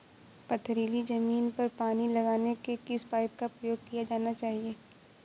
पथरीली ज़मीन पर पानी लगाने के किस पाइप का प्रयोग किया जाना चाहिए?